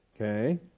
Okay